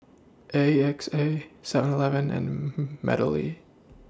A X A Seven Eleven and Meadowlea